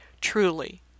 Truly